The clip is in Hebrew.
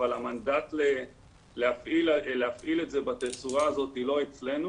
אבל המנדט להפעיל את זה בתצורה הזאת לא אצלנו